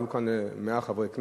היו כאן 100 חברי כנסת,